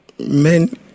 Men